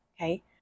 okay